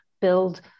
build